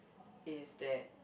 is that